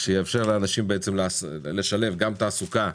שתאפשר לאנשים לשלב גם תעסוקה,